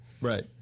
Right